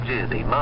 Jersey